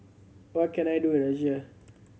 what can I do in Russia